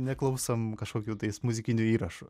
neklausom kažkokių tais muzikinių įrašų